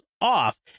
off